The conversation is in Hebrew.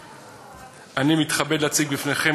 אני מתכבד להציג בפניכם,